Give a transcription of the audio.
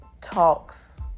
talks